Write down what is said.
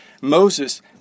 Moses